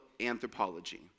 anthropology